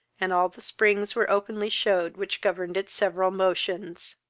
and all the springs were openly shewed which governed its several motions.